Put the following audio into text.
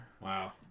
wow